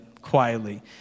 quietly